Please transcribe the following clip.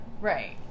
Right